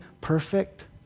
perfect